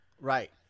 Right